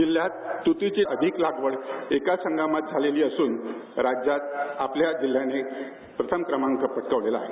जिल्ह्यात तुटीची अधिक लागवड एकाच हंगामात झालेली असुन राज्यात आपल्या जिल्ह्याने प्रथम क्रंमाक पटकावलेला आहे